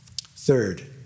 Third